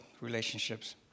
relationships